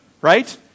right